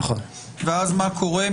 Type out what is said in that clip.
ואז מה קורה?